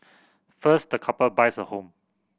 first the couple buys a home